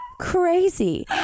crazy